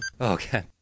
Okay